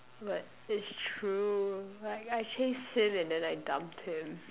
but it's true like I chased him and then I dumped him